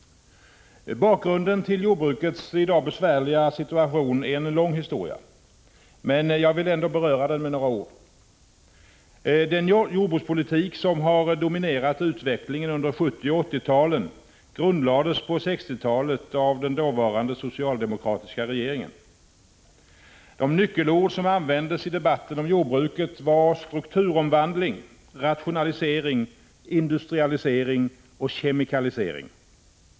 Bakgrunden till jordbrukets i dag besvärliga situation är en lång historia, men jag vill ändå med några ord beröra den. Den jordbrukspolitik som har dominerat utvecklingen under 1970 och 1980-talen grundlades på 1960-talet av den dåvarande socialdemokratiska regeringen. De nyckelord som användes i debatten om jordbruket var strukturomvandling, rationalisering, industrialisering och kemikalisering.